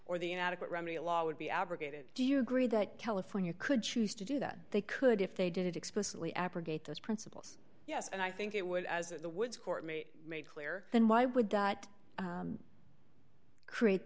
or the inadequate remedy a law would be abrogated do you agree that california could choose to do that they could if they did it explicitly abrogate those principles yes and i think it would as if the woods court made made clear then why would that create